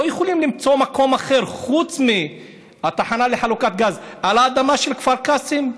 לא יכולים למצוא מקום אחר לתחנה לחלוקת גז חוץ מהאדמה של כפר קאסם?